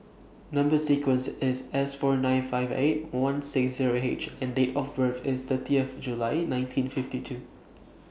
Number sequence IS S four nine five eight one six Zero H and Date of birth IS thirtieth July nineteen fifty two